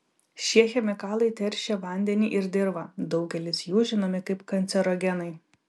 šie chemikalai teršia vandenį ir dirvą daugelis jų žinomi kaip kancerogenai